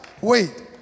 wait